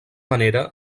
manera